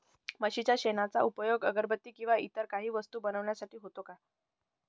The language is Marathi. म्हशीच्या शेणाचा उपयोग अगरबत्ती किंवा इतर काही वस्तू बनविण्यासाठी होतो का?